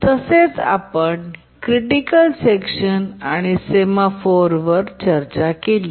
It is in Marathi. तसेच आपण क्रिटिकल सेक्शन आणि सेमॉफोरवर चर्चा केली